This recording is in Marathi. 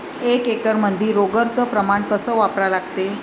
एक एकरमंदी रोगर च प्रमान कस वापरा लागते?